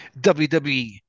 WWE